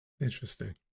Interesting